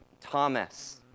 Thomas